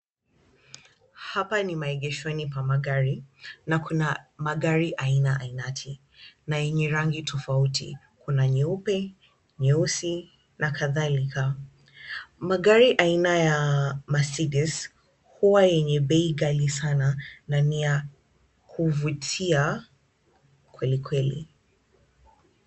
Hapa ni maegeshoni pa magari, na kuna magari aina aina na yenye rangi tofauti. Kuna nyeupe, nyeusi, na kadhalika. Magari aina ya Mercedes huwa yenye bei ghali sana, na ni ya kuvutia kweli kweli.